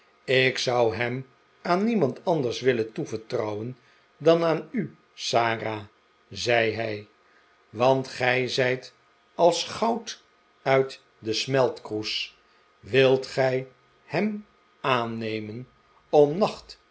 ik zou hem aan niemand anders willen toevertrouwen dan aan u sara zei hij want gij zijt als goud uit de smeltkroes wilt gij hem aannemen om